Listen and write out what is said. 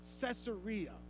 Caesarea